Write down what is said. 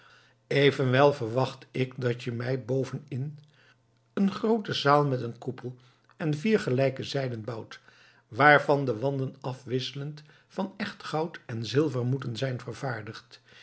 evenwel verwacht ik dat je mij boven in een groote zaal met een koepel en vier gelijke zijden bouwt waarvan de wanden afwisselend van echt goud en zilver moeten zijn vervaardigd